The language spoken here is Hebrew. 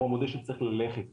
הוא המודל שצריך ללכת אתו,